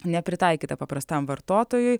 nepritaikyta paprastam vartotojui